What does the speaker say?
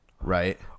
Right